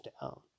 down